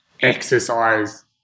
exercise